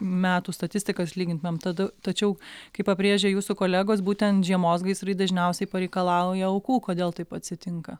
metų statistikas lygintumėm tada tačiau kaip pabrėžia jūsų kolegos būtent žiemos gaisrai dažniausiai pareikalauja aukų kodėl taip atsitinka